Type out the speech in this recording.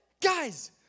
Guys